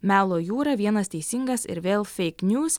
melo jūra vienas teisingas ir vėl feik njūs